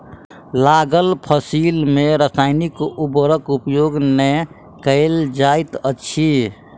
लागल फसिल में रासायनिक उर्वरक उपयोग नै कयल जाइत अछि